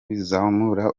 bizamura